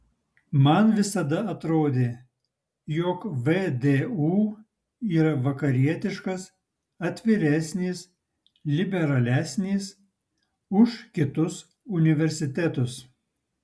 man visada atrodė jog vdu yra vakarietiškas atviresnis liberalesnis už kitus universitetus